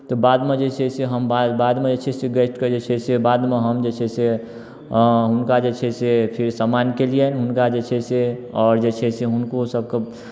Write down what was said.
तऽ बादमे जे छै से हम बाद बादमे जे छै से गेस्टके जे छै से बादमे हम जे छै से हुनका जे छै से फेर सम्मान केलियनि हुनका जे छै से आओर जे छै से हुनको सभके